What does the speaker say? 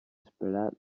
esperar